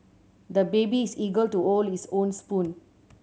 the baby is eager to his own spoon